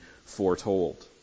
foretold